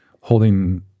holding